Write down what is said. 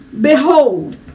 Behold